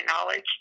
knowledge